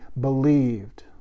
believed